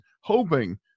hoping